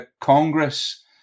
Congress